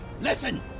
Listen